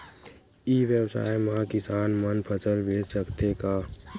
ई व्यवसाय म किसान मन फसल बेच सकथे का?